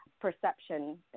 perception